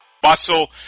Bustle